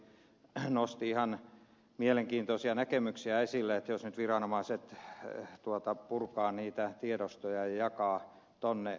kasvi nosti ihan mielenkiintoisia näkemyksiä esille että jos nyt viranomaiset purkavat niitä tiedostoja ja jakavat niitä